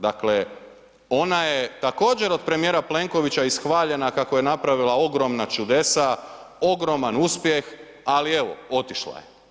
Dakle ona je također od premijera Plenkovića ishvaljena kako je napravila ogromna čudesa, ogroman uspjeh, ali evo otišla je.